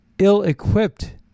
ill-equipped